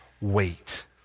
wait